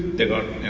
they got